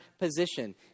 position